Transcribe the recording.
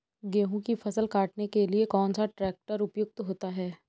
गेहूँ की फसल काटने के लिए कौन सा ट्रैक्टर उपयुक्त है?